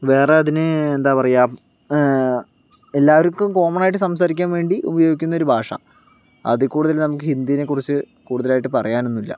വേറെ അതിന് എന്താ പറയുക എല്ലാവർക്കും കോമൺ ആയിട്ട് സംസാരിക്കാൻ വേണ്ടി ഉപയോഗിക്കുന്ന ഒരു ഭാഷ അതിൽ കൂടുതൽ നമുക്ക് ഹിന്ദീനെ കുറിച്ച് കൂടുതലായിട്ടൊന്നും പറയാനൊന്നുമില്ല